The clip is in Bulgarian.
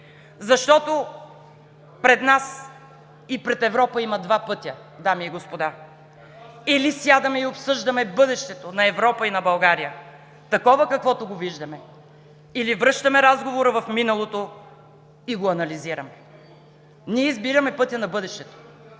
Защото пред нас и пред Европа има два пътя, дами и господа – или сядаме и обсъждаме бъдещето на Европа и на България, каквото го виждаме, или връщаме разговора в миналото и го анализираме. Ние избираме пътя на бъдещето!